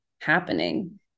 happening